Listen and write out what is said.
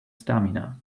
stamina